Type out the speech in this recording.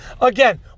Again